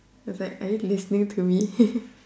is like are you listening to me